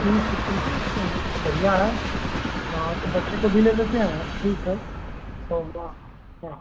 ठीक है ठीक है तो बढ़िया है हाँ तो बच्चे को भी ले लेते हैं ठीक है तब हाँ